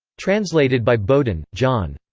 translated by bowden, john.